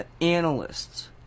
analysts